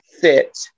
Fit